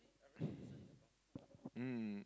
mm